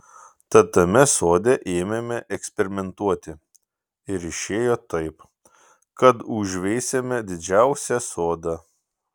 tad tame sode ėmėme eksperimentuoti ir išėjo taip kad užveisėme didžiausią sodą